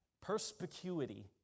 Perspicuity